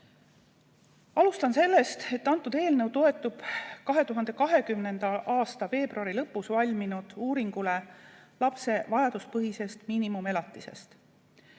Alustan sellest, et see eelnõu toetub 2020. aasta veebruari lõpus valminud uuringule lapse vajaduspõhise miinimumelatise